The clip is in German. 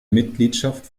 mitgliedschaft